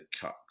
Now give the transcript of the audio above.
cut